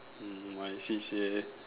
hmm my C_C_A